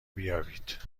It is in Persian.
بیابید